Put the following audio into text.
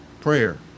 prayer